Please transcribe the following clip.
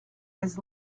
has